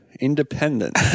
Independent